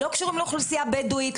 לא קשורים לאוכלוסייה הבדווית,